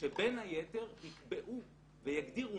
שבין היתר יקבעו ויגדירו